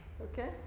Okay